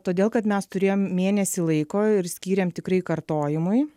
todėl kad mes turėjom mėnesį laiko ir skyrėm tikrai kartojimui